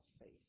faith